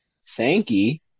Sankey